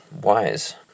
wise